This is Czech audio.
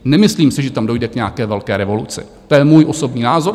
Nemyslím si, že tam dojde k nějaké veliké revoluci, to je můj osobní názor.